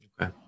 Okay